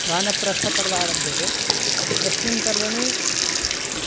वानप्रस्थपर्व आरभ्यते तस्मिन् पर्वणि